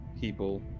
people